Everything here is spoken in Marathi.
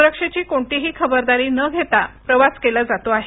सुरक्षेची कोणतीही खबरदारी न घेता प्रवास केला जातो आहे